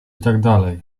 itd